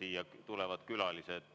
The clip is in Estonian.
siia tulevad külalised